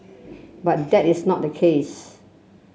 but that is not the case